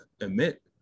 emit